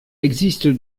existe